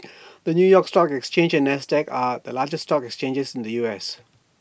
the new york stock exchange and Nasdaq are the largest stock exchanges in the U S